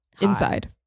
Inside